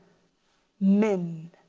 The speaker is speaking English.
min.